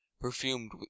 Perfumed